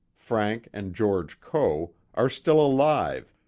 frank and george coe, are still alive,